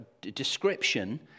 description